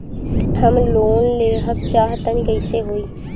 हम लोन लेवल चाह तानि कइसे होई?